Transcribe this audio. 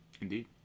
Indeed